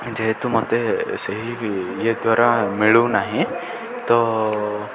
ଯେହେତୁ ମୋତେ ସେହି ଇଏ ଦ୍ୱାରା ମିଳୁନାହିଁ ତ